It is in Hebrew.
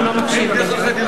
כשהוא לא מקשיב לי.